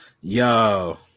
yo